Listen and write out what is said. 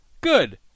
Good